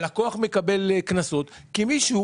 הלקוח מקבל קנסות כי מישהו